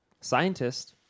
Scientist